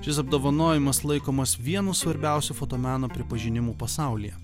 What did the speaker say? šis apdovanojimas laikomas vienu svarbiausiu fotomeno pripažinimu pasaulyje